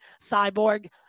Cyborg